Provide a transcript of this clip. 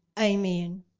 Amen